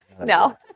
No